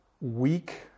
weak